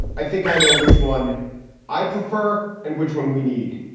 i think i know which one i prefer. and which one we need?